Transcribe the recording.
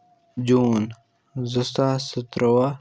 جوٗن زٕ ساس تہٕ تُرٛواہ